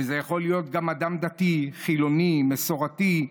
וזה יכול להיות גם אדם דתי, חילוני, מסורתי.